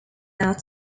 art